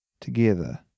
together